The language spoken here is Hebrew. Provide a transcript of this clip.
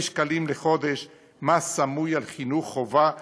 שקלים לחודש מס סמוי על חינוך חובה חינם,